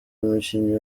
umukinnyi